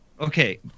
Okay